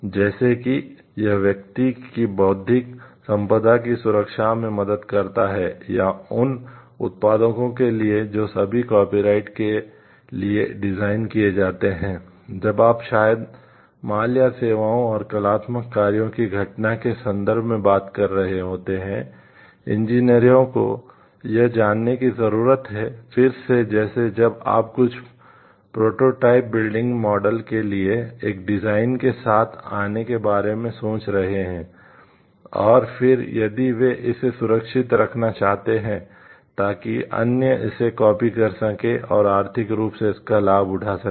जैसा कि यह व्यक्ति की बौद्धिक संपदा की सुरक्षा में मदद करता है या उन उत्पादों के लिए जो सभी कॉपीराइट कर सकें और आर्थिक रूप से इसका लाभ उठा सकें